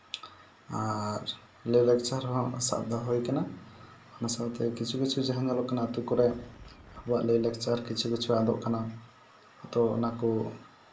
ᱟᱨ ᱞᱟᱭᱼᱞᱟᱠᱪᱟᱨ ᱦᱚᱸ ᱥᱟᱵ ᱫᱚᱦᱚ ᱦᱩᱭ ᱠᱟᱱᱟ ᱚᱱᱟ ᱥᱟᱶᱛᱮ ᱠᱤᱪᱷᱩ ᱠᱤᱪᱷᱩ ᱡᱟᱦᱟᱸ ᱧᱮᱞᱚᱜ ᱠᱟᱱᱟ ᱟᱛᱳ ᱠᱚᱨᱮᱜ ᱟᱵᱚᱣᱟᱜ ᱞᱟᱭᱼᱞᱟᱠᱪᱟᱨ ᱠᱤᱪᱷᱩ ᱠᱤᱪᱷᱩ ᱟᱫᱚᱜ ᱠᱟᱱᱟ ᱛᱚ ᱚᱱᱟᱠᱚ